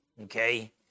Okay